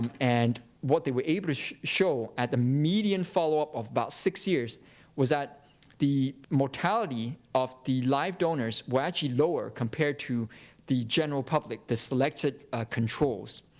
and and what they were able to show at the median follow-up of about six years was that the mortality of the live donors were actually lower compared to the general public, the selected controls.